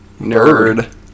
nerd